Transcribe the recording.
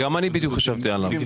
גם אני בדיוק חשבתי עליו.